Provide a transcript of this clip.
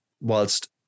whilst